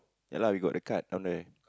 ya lah we got the card down there